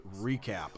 recap